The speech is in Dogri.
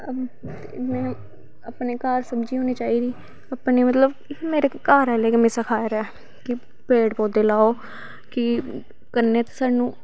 अपने घर सब्जी होनी चाही दी अपनी मतलव मेरे घर आह्ले सखाए दा ऐ कि पेड़ पौधे लाओ कि कन्नै साह्नू